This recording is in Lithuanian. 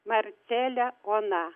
marcelė ona